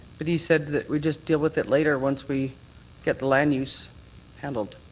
but he said that we'd just deal with it later once we get the land use handled.